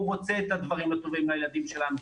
והוא רוצה את הדברים הטובים לילדים שלנו.